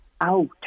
out